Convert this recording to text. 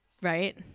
Right